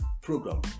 program